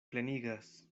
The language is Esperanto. plenigas